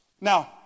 now